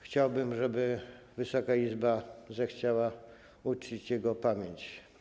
Chciałbym, żeby Wysoka Izba zechciała uczcić jego pamięć.